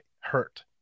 hurt